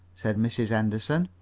said mrs. henderson.